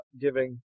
giving